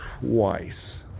twice